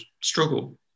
struggle